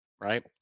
right